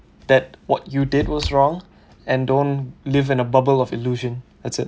that what you did was wrong and don't live in a bubble of illusion that's it